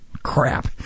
Crap